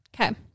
Okay